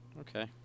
okay